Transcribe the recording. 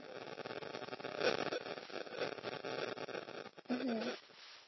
mmhmm